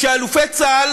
שאלופי צה"ל,